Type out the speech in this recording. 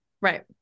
right